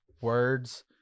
words